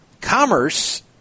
Commerce